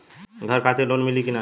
घर खातिर लोन मिली कि ना?